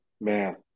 Man